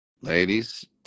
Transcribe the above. Ladies